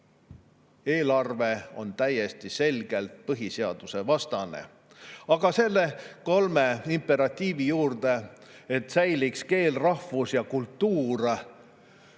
eelarve on täiesti selgelt põhiseadusvastane. Aga selle kolme imperatiivi juurde, et säiliks keel, rahvus ja kultuur,